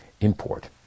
import